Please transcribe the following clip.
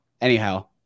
anyhow